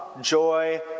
joy